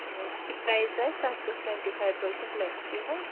یہِ پرٛایِز آسہِ تَتھ گژھِ ٹُوَنٹی فایو پٔرسَنٹ لٮ۪س تی حظ